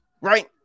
right